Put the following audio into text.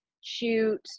shoot